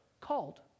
called